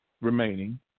remaining